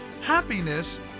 Happiness